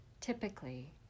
Typically